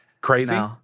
crazy